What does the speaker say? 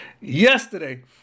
Yesterday